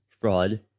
fraud